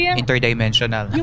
interdimensional